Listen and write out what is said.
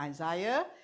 Isaiah